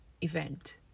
event